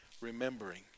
remembering